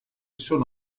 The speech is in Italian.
sono